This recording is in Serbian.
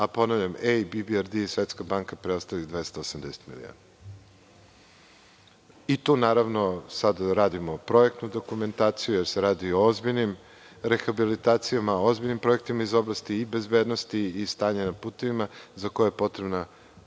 a, ponavljam, EIB, BRD i Svetska banka preostalih 280 miliona. Naravno, sada radimo projektnu dokumentaciju jer se radi o ozbiljnim rehabilitacijama, o ozbiljnim projektima iz oblasti i bezbednosti i stanja na putevima, za koje je potrebna